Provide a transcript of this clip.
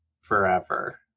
forever